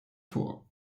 vor